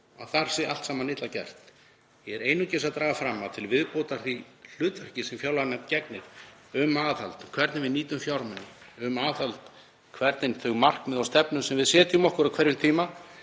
að þar sé allt saman illa gert. Ég er einungis að draga fram að til viðbótar því hlutverki sem fjárlaganefnd gegnir um aðhald, hvernig við nýtum fjármuni, hvernig þeim markmiðum og stefnu sem við setjum okkur á hverjum tíma